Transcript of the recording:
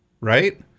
right